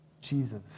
Jesus